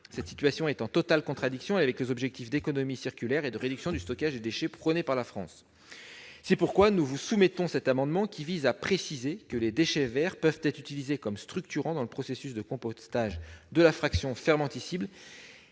Cette situation est en totale contradiction avec les objectifs de la France en matière d'économie circulaire et de réduction du stockage des déchets. C'est pourquoi nous présentons cet amendement, qui vise à préciser que les déchets verts peuvent être utilisés comme structurants dans le processus de compostage de la fraction fermentescible